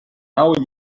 nou